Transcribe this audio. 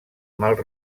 mals